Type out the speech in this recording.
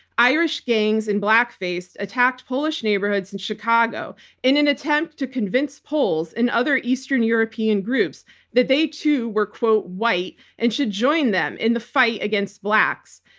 irish gangs in blackface attacked polish neighborhoods in chicago in an attempt to convince pols and other eastern european groups that they too were white and should join them in the fight against blacks.